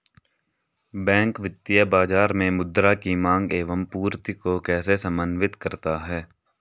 Bank वित्तीय बाजार में मुद्रा की माँग एवं पूर्ति को कैसे समन्वित करता है?